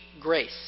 grace